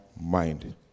mind